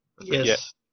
Yes